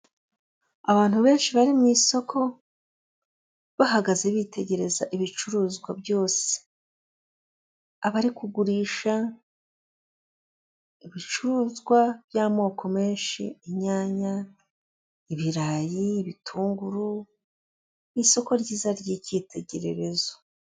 Abantu benshi bari mu isoko bahagaze bitegereza ibicuruzwa byose abari kugurisha ibicuruzwa by'amoko menshi inyanya, ibirayi ,ibitunguru n'isoko ryiza ry'icyitegererezo.